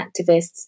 activists